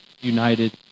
united